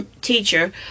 teacher